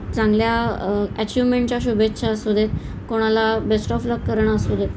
चांगल्या एचिव्हमेंटच्या शुभेच्छा असू देत कोणाला बेस्ट ऑफ लक करणं असू देत